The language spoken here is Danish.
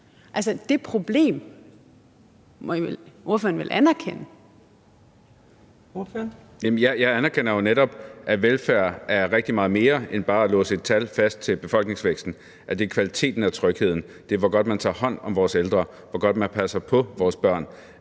Kl. 18:36 Marcus Knuth (KF): Jeg anerkender jo netop, at velfærd er rigtig meget mere end bare at låse et tal fast til befolkningsvæksten, for det er også kvaliteten af trygheden, hvor godt man tager hånd om vores ældre, hvor godt man passer på vores børn.